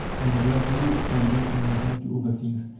and gradually extending communism to other things,